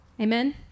Amen